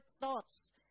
thoughts